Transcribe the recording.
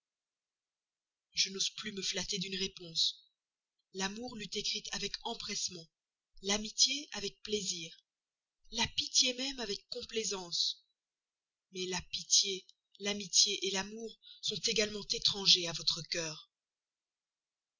je n'ose plus me flatter d'une réponse l'amour l'eût écrite avec empressement l'amitié avec plaisir la pitié même avec complaisance mais la pitié l'amitié l'amour sont également étrangers à votre cœur